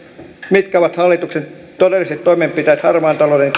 mitkä ovat hallituksen todelliset toimenpiteet harmaan talouden